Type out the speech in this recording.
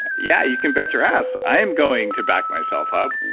yeah, you can bet your ass, i'm going to back myself up.